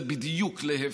זה בדיוק להפך,